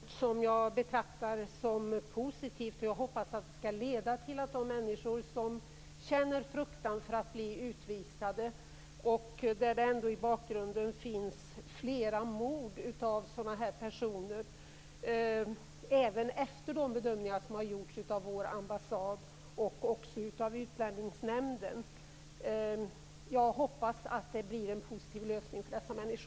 Herr talman! Jag har fått ett svar som jag betraktar som positivt. Jag hoppas att det skall leda till att det även efter de bedömningar som har gjorts av vår ambassad och av Utlänningsnämnden skall bli en positiv lösning för de människor som känner fruktan för att bli utvisade och där det i bakgrunden finns flera mord av den här typen.